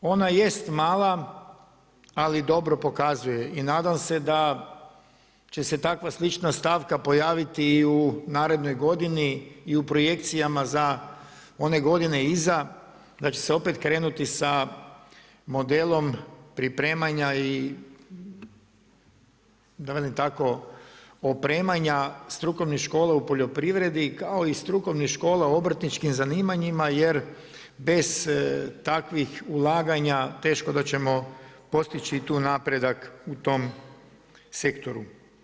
Ona jest mala ali dobro pokazuje i nadam se da će se takva slična stavka pojaviti i u narednoj godini i u projekcijama za one godine iza, da će se opet krenuti sa modelom pripremanja i da velim tak opremanja strukovnih škola u poljoprivredi kao i strukovnih škola u obrtničkim zanimanjima jer bez takvih ulaganja teško da ćemo postići i tu napredak u tom sektoru.